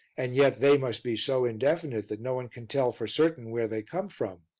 and yet they must be so indefinite that no one can tell for certain where they come from,